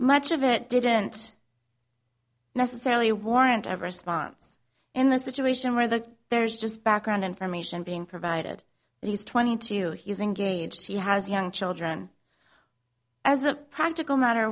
much of it didn't necessarily warrant ever spawn's in the situation where that there's just background information being provided and used twenty two he is engaged he has young children as a practical matter